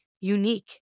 unique